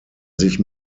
sich